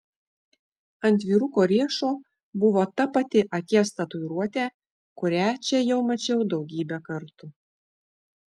ant vyruko riešo buvo ta pati akies tatuiruotė kurią čia jau mačiau daugybę kartų